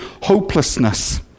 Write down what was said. hopelessness